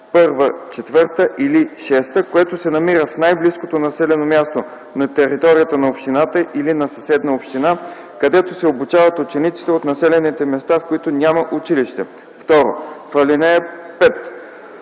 ал. 1, точки 1-4 или 6, което се намира в най-близкото населено място на територията на общината или на съседна община, където се обучават учениците от населените места, в които няма училище.” 2. В ал. 5: